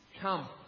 come